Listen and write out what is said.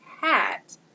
hat